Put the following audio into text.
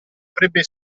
avrebbe